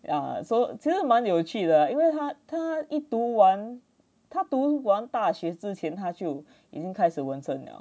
ya so 其实蛮有趣的因为他他一读完他读完大学之前他就已经开始纹身了